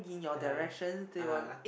ya (uh huh)